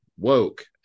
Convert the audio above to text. Woke